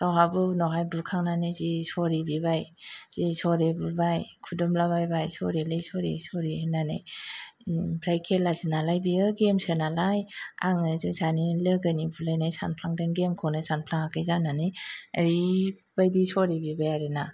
गावहाबो उनाव बुखांनानै जि सरि बिबाय जि सरि बिबाय खुदुमलाबायबाय सरिलै सरि सरि होननानै ओमफाय खेलासो नालाय बियो गेमसो नालाय आङो जों सानैनि लोगोनि बुलायनाय सानफ्लांदों गेमखौनो सानफ्लाङाखै जानानै ओरैबायदि सरि बिबाय आरो ना